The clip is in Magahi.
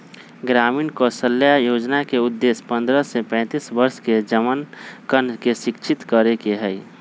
ग्रामीण कौशल्या योजना के उद्देश्य पन्द्रह से पैंतीस वर्ष के जमनकन के शिक्षित करे के हई